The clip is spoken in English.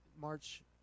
March –